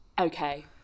okay